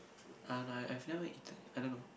I don't know I've never eaten I don't know